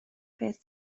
beth